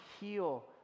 heal